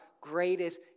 greatest